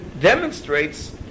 demonstrates